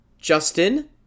Justin